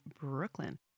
Brooklyn